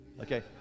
Okay